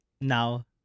now